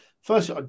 First